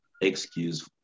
excuse